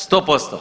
100%